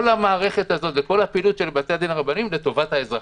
כל המערכת הזאת וכל הפעילות של בתי-הדין הרבניים היא לטובת האזרחים.